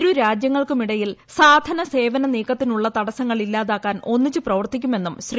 ഇരു രാജ്യങ്ങൾക്കുമിടയിൽ സാധന സേവന നീക്കത്തിനുള്ള തടസ്സങ്ങൾ ഇല്ലാതാക്കാൻ ഒന്നിച്ച് പ്രവർത്തിക്കുമെന്നും ശ്രീ